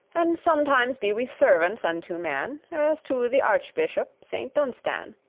and sometimes be we servants unto man, as to the archbishop saint dunstan,